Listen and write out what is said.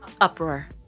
Uproar